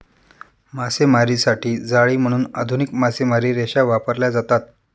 मासेमारीसाठी जाळी म्हणून आधुनिक मासेमारी रेषा वापरल्या जातात